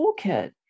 toolkit